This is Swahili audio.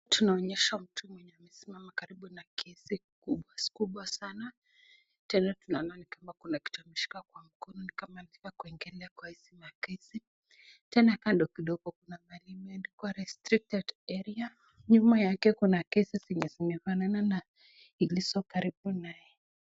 Tunaonyeshwa mtu mwenye amesimama karibu na gesi kubwa sana, tena tunaona ni kama kuna kitu ameshika kwa mkono ni kama anataka kuwekelea kwa hizi magesi, tena kando kidogo kuna mahali imeandikwa restricted area ,nyuma yake kuna gesi zenye zimefanana na zilizo karibu na yeye.